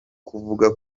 kuvuga